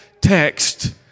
text